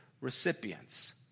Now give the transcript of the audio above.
recipients